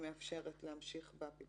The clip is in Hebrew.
שמאפשרת להמשיך בה,